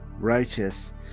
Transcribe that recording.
Righteous